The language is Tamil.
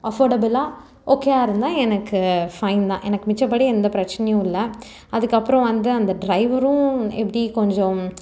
அஃபோடபுலாக ஓகேயா இருந்தால் எனக்கு ஃபைன் தான் எனக்கு மித்தப்படி எனக்கு எந்த பிரச்சினையும் இல்லை அதுக்கப்புறம் வந்து அந்த ட்ரைவரும் எப்படி கொஞ்சம்